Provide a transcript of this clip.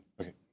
Okay